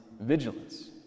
vigilance